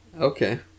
Okay